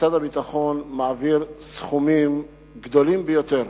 משרד הביטחון מעביר סכומים גדולים ביותר